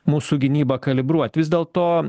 mūsų gynybą kalibruot vis dėlto